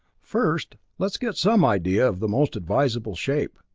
first, let's get some idea of the most advisable shape,